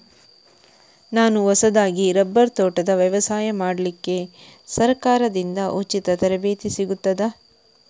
ನಾನು ಹೊಸದಾಗಿ ರಬ್ಬರ್ ತೋಟದ ವ್ಯವಸಾಯ ಮಾಡಲಿಕ್ಕೆ ಸರಕಾರದಿಂದ ಉಚಿತ ತರಬೇತಿ ಸಿಗುತ್ತದಾ?